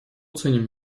ценим